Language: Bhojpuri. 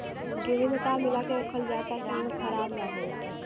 गेहूँ में का मिलाके रखल जाता कि उ खराब न हो?